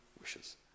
wishes